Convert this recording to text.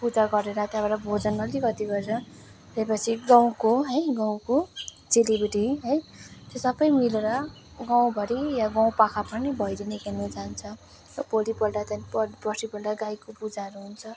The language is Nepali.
पूजा गरेर त्यहाँबाट भोजन अलिकति गरेर त्यसपछि गाउँको है गाउँको चेलीबेटी है त्यो सबै मिलेर गाउँभरि या गाउँपाखा पनि भैलिनी खेल्न जान्छ भोलिपल्ट देखि पर्सिपल्ट गाईको पूजाहरू हुन्छ